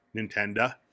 Nintendo